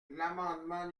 l’amendement